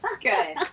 Good